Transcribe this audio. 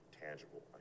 tangible